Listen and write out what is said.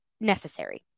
necessary